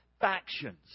factions